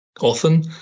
Often